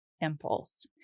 impulse